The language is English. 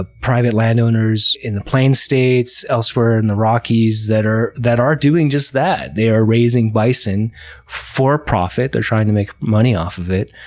ah private landowners in the plains states, elsewhere in the rockies, that are that are doing just that. they are raising bison for profit. they are trying to make money off of it.